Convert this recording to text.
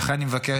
ולכן אני מבקש